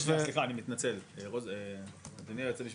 סעיף 36 לחוק מבקר המדינה קובע במפורש שעובד,